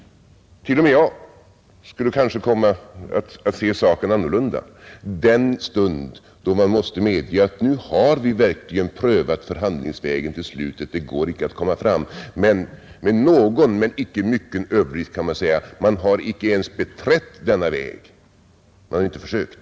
T. o. m. jag skulle kanske komma att se saken annorlunda den stund då man måste medge, att nu har vi verkligen prövat förhandlingsvägen till slutet och det går icke att komma längre på denna. Med någon men icke mycken överdrift kan jag säga att man har icke ens beträtt denna väg — man har inte försökt.